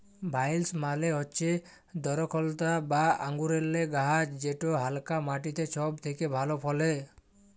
ভাইলস মালে হচ্যে দরখলতা বা আঙুরেল্লে গাহাচ যেট হালকা মাটিতে ছব থ্যাকে ভালো ফলে